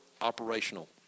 operational